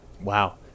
Wow